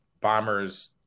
Bombers